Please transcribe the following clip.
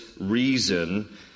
reason